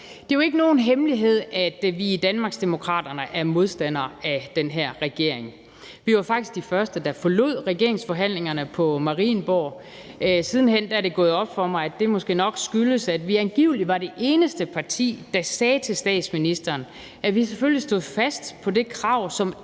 Det er jo ikke nogen hemmelighed, at vi i Danmarksdemokraterne er modstandere af den her regering. Vi var faktisk de første, der forlod regeringsforhandlingerne på Marienborg. Siden hen er det gået op for mig, at det måske nok skyldtes, at vi angiveligt var det eneste parti, der sagde til statsministeren, at vi selvfølgelig stod fast på det krav, som